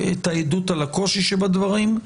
את העדות על הקושי שבדברים.